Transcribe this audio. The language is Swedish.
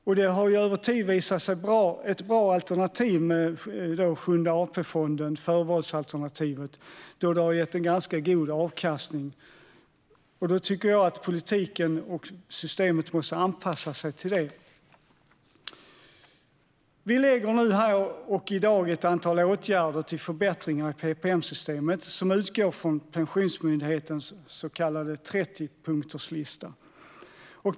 Sjunde AP-fonden, förvalsalternativet, har över tid visat sig vara ett bra alternativ då det har gett en ganska god avkastning. Politiken och systemet måste anpassa sig till det. Vi lägger nu här i dag fram förslag på ett antal åtgärder till förbättringar i PPM-systemet som utgår från Pensionsmyndighetens så kallade 30punktslista.